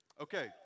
Okay